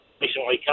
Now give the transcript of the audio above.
recently